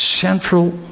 central